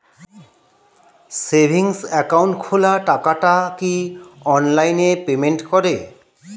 Savings account খোলা টাকাটা কি অনলাইনে পেমেন্ট করে?